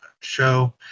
show